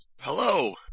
Hello